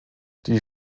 die